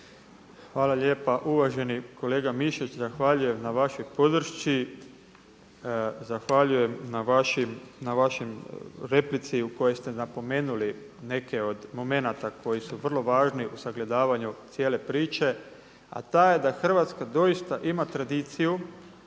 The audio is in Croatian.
Hvala lijepa. Uvaženi kolega Mišić, zahvaljujem na vašoj podršci, zahvaljujem na vašoj replici u kojoj ste napomenuli neke od momenata koji su vrlo važni u sagledavanju cijele priče a ta je da Hrvatska doista ima tradiciju.